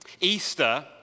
Easter